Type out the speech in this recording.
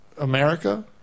America